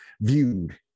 viewed